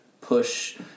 push